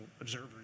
observer